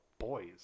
boys